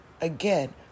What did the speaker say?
Again